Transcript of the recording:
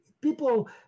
People